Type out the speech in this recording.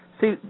See